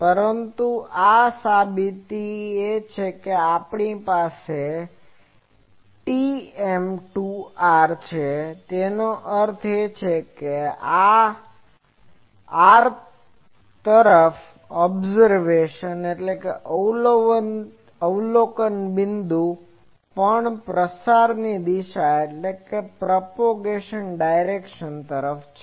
પરંતુ આ તે સાબિતી છે કે આપણી પાસે TM ટુ r છે તેનો અર્થ એ કે આર તરફ ઓબસર્વેશન પોઈન્ટ અવલોકન બિંદુ observation point પણ પ્રસારની દિશા છે